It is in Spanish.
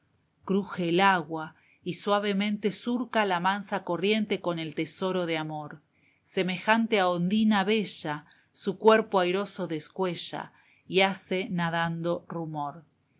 cruje el agua y suavemente surca la mansa corriente con el tesoro de amor semejante a ondina bella su cuerpo airoso descuella y hace nadando rumor su